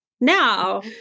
Now